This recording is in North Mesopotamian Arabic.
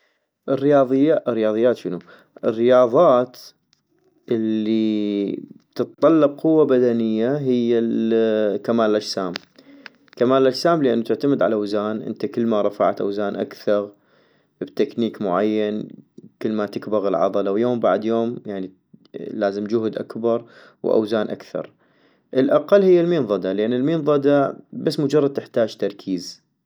الرياضيا الرياضيات شنو- الرياضات الي تطلب قوة بدنية هي ال كمال الاجسام - كمال الاجسام لانو تعتمد عالاوزان، انت كلما رفعت اوزان اكثغ بتكنيك معين كلما تكبغ العضلة، ويوم بعد يوم يعني لازم جهد اكبرواوزان اكثر- الاقل هي المنضدة ، لان المنضدة بس مجرد تحتاج تركيز